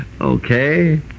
Okay